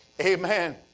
amen